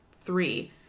three